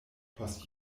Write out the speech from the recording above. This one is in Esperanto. post